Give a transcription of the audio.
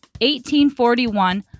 1841